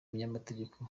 munyamategeko